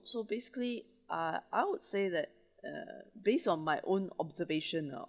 so basically ah I would say that uh based on my own observation now